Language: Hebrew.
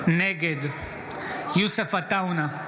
נגד יוסף עטאונה,